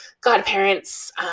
Godparents